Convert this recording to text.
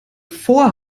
vor